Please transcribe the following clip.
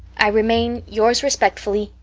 i remain, yours respectfully,